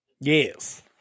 Yes